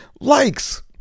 likes